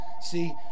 See